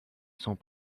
sont